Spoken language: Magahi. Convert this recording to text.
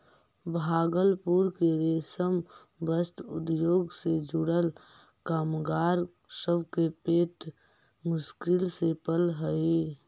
भागलपुर के रेशम वस्त्र उद्योग से जुड़ल कामगार सब के पेट मुश्किल से पलऽ हई